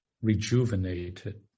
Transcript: rejuvenated